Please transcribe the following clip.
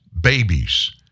babies